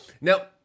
Now